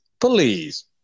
please